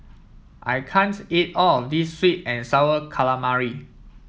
I can't eat all of this sweet and sour calamari